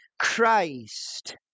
Christ